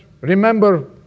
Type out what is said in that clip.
remember